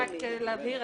רק להבהיר.